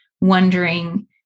wondering